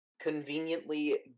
Conveniently